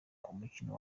umukino